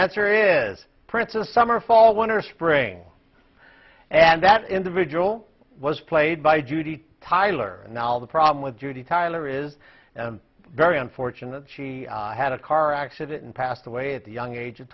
answer is prince's summer fall winter spring and that individual was played by judy tyler and now the problem with judy tyler is very unfortunate she had a car accident and passed away at the young age of